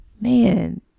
man